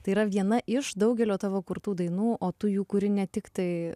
tai yra viena iš daugelio tavo kurtų dainų o tu jų kuri ne tiktai